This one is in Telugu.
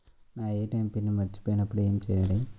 నా ఏ.టీ.ఎం పిన్ మర్చిపోయినప్పుడు ఏమి చేయాలి?